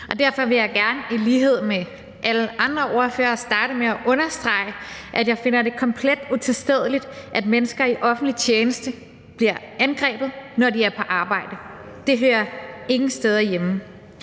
Derfor vil jeg gerne i lighed med alle andre ordførere starte med at understrege, at jeg finder det komplet utilstedeligt, at mennesker i offentlig tjeneste bliver angrebet, når de er på arbejde – det hører ingen steder hjemme.